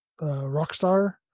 Rockstar